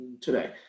today